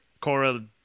cora